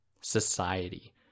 society